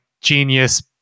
genius